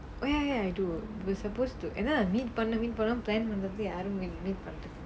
oh ya ya I do we were supposed to என்ன:enna meet பண்ணும்:panum meet பண்ணும்:panum plan பண்றது யாரும்:pandrathu yaarum meet பண்றது:pandrathu